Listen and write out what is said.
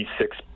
six